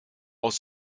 aus